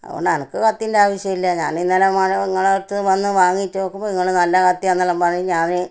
അതുകൊണ്ട് അനക്ക് കത്തീൻ്റെ ആവശ്യമില്ല ഞാൻ ഇന്നലെ മുതൽ നിങ്ങളടുത്ത് വന്ന് വാങ്ങിച്ച് നോക്കുമ്പോൾ ഇങ്ങൾ നല്ല കത്തിയാണെന്നെല്ലാം പറഞ്ഞ് ഞാൻ